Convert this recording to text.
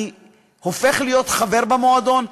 אני הופך להיות חבר במועדון,